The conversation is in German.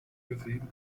gesehen